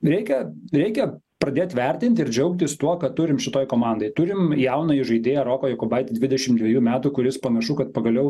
reikia reikia pradėt vertint ir džiaugtis tuo ką turim šitoj komandoj turim jauną įžaidėją roką jokubaitį dvidešim dviejų metų kuris panašu kad pagaliau